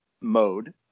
mode